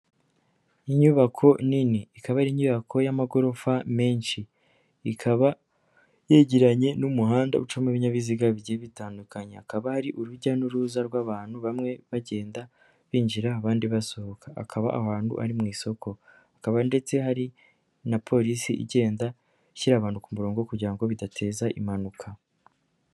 Inyubako nini ikaba ari inyubako y'amagorofa menshi, ikaba yegeranye n'umuhanda ucamo ibinyabiziga bigiye bitandukanye, hakaba hari urujya n'uruza rw'abantu bamwe bagenda binjira abandi basohoka, akaba aho hantu ari mu isoko, hakaba ndetse hari na polisi igenda ishyira abantu ku murongo kugira ngo bidateza impanuka.